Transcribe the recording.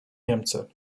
niemcy